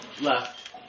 Left